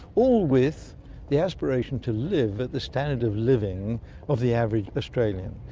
all with the aspiration to live at the standard of living of the average australian.